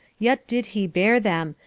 yet did he bear them,